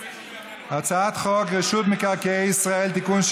הצעת חוק רשות מקרקעי ישראל (תיקון,